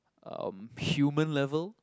um human level